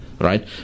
right